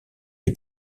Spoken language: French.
des